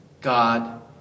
God